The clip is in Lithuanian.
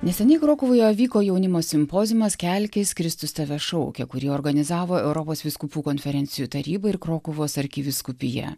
neseniai krokuvoje vyko jaunimo simpoziumas kelkis kristus tave šaukia kurį organizavo europos vyskupų konferencijų taryba ir krokuvos arkivyskupija